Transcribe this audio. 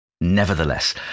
Nevertheless